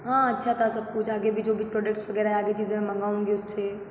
हाँ अच्छा था सब कुछ आगे भी जो भी प्रॉडक्ट्स वगैरह आगे चीज़े मैं मंगाऊँगी उससे